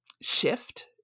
shift